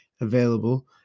available